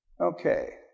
Okay